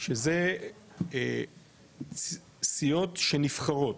שזה סיעות שנבחרות,